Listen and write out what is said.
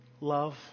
Love